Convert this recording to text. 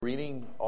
reading